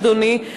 אדוני,